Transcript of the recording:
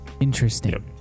Interesting